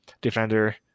defender